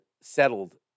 settled